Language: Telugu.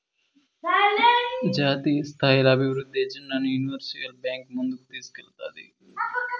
జాతీయస్థాయిల అభివృద్ధి ఎజెండాగా యూనివర్సల్ బాంక్ ముందుకు తీస్కేల్తాది